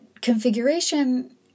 Configuration